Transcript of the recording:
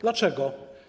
Dlaczego?